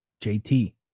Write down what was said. JT